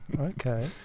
Okay